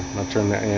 i'll turn that